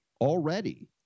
already